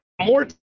more